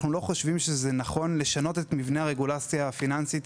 אנחנו לא חושבים שזה נכון לשנות את מבנה הרגולציה הפיננסית.